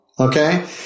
Okay